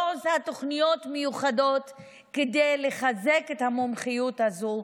היא לא עושה תוכניות מיוחדות כדי לחזק את המומחיות הזו,